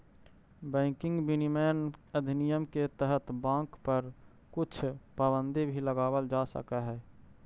banking विनियमन अधिनियम के तहत बाँक पर कुछ पाबंदी भी लगावल जा सकऽ हइ